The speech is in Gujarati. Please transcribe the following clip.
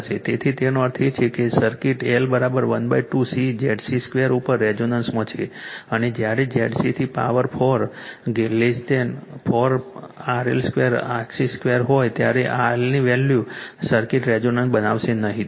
તેથી તેનો અર્થ એ છે કે સર્કિટ L 12 C ZC 2 ઉપર રેઝોનન્સમાં છે અને જ્યારે ZC 4 4 RL 2 XL 2 હોય ત્યારે L ની વેલ્યુ સર્કિટ રેઝોનન્ટ બનાવશે નહીં